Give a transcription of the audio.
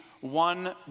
one